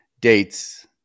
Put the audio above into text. dates